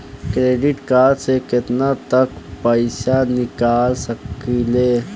Credit card से केतना तक पइसा निकाल सकिले?